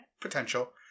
potential